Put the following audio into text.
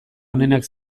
onenak